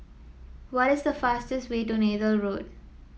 what is the fastest way to Neythal Road